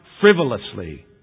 frivolously